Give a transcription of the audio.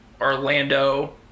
Orlando